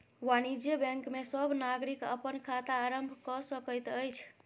वाणिज्य बैंक में सब नागरिक अपन खाता आरम्भ कय सकैत अछि